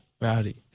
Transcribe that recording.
Rowdy